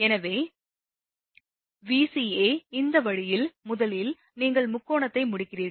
எனவே Vca இந்த வழியில் முதலில் நீங்கள் முக்கோணத்தை முடிக்கிறீர்கள்